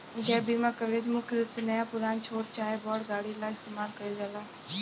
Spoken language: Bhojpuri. गैप बीमा कवरेज मुख्य रूप से नया पुरान, छोट चाहे बड़ गाड़ी ला इस्तमाल कईल जाला